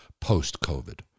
post-COVID